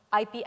IP